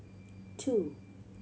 two